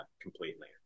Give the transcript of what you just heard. completely